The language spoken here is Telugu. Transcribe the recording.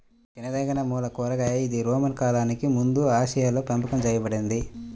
తినదగినమూల కూరగాయ ఇది రోమన్ కాలానికి ముందుఆసియాలోపెంపకం చేయబడింది